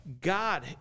God